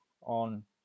on